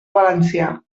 valencià